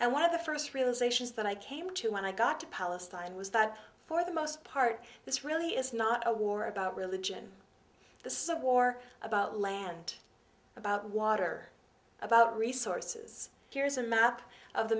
and one of the first realizations that i came to when i got to palestine was that for the most part this really is not a war about religion the so war about land about water about resources here's a map of the